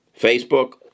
Facebook